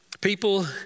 People